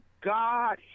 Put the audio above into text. God